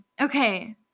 Okay